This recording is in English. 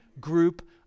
group